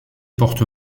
porte